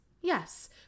Yes